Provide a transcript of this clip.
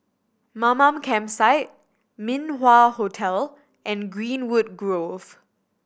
Mamam Campsite Min Wah Hotel and Greenwood Grove